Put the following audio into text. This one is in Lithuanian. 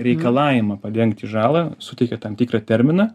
reikalavimą padengti žalą suteikia tam tikrą terminą